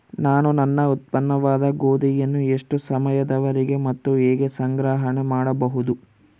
ನಾನು ನನ್ನ ಉತ್ಪನ್ನವಾದ ಗೋಧಿಯನ್ನು ಎಷ್ಟು ಸಮಯದವರೆಗೆ ಮತ್ತು ಹೇಗೆ ಸಂಗ್ರಹಣೆ ಮಾಡಬಹುದು?